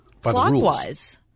clockwise